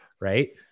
Right